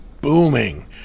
booming